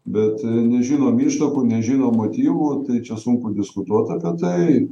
bet nežinom ištakų nežinom motyvų tai čia sunku diskutuot apie tai